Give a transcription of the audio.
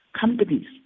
companies